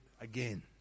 again